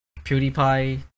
PewDiePie